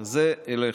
אז זה אליך.